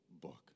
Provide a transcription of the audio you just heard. book